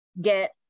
get